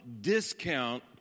discount